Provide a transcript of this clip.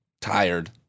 Tired